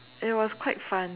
it was quite fun